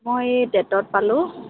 মই এই টেটত পালোঁ